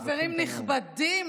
חברים נכבדים,